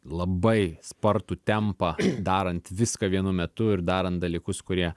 labai spartų tempą darant viską vienu metu ir darant dalykus kurie